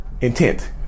intent